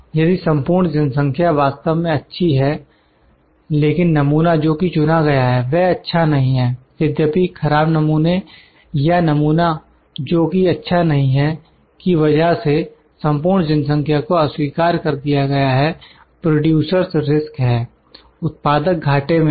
यदि संपूर्ण जनसंख्या वास्तव में अच्छी है लेकिन नमूना जो कि चुना गया है वह अच्छा नहीं है यद्यपि खराब नमूने या नमूना जो कि अच्छा नहीं है की वजह से संपूर्ण जनसंख्या को अस्वीकार कर दिया गया है प्रोड्यूसरस् रिस्क है उत्पादक घाटे में है